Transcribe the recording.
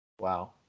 Wow